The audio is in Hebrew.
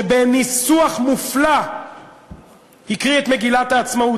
שבניסוח מופלא הקריא את מגילת העצמאות,